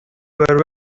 were